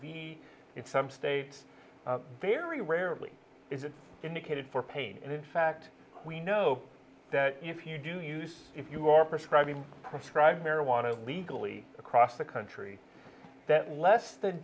it's some states very rarely is it indicated for pain and in fact we know that if you do use if you are prescribing prescribe marijuana legally across the country that less than